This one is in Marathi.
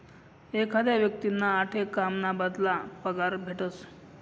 एखादा व्यक्तींना आठे काम ना बदला पगार भेटस